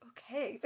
Okay